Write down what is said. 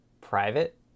private